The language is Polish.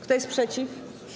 Kto jest przeciw?